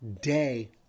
day